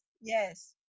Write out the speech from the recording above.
Yes